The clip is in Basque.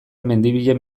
mendibilen